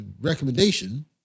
recommendation